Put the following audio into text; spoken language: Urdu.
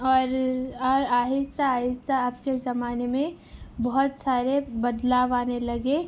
اور اور آہستہ آہستہ اب کے زمانے میں بہت سارے بدلاؤ آنے لگے